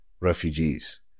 refugees